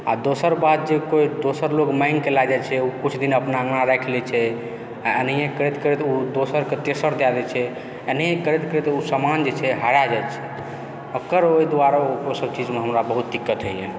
आ दोसर बात जे दोसर लोग माँगिकऽ लऽ जाइत छै किछु दिन अपना अंगना राखि लैत छै एनाही करैत करैत ओ दोसरके तेसर दए दैत छै एनाही करैत करैत ओ समान जे छै हरा जाइत छै अकर ओहि दुआरे ओसभ चीजमे हमरा बहुत दिक्कत होइया